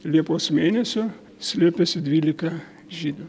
liepos mėnesio slėpėsi dvylika žydų